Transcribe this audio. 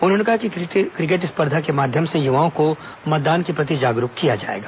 उन्होंने कहा कि क्रिकेट स्पर्धा के माध्यम से युवाओं को मतदान के प्रति जागरूक किया जाएगा